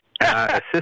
Assistant